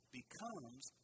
becomes